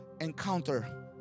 encounter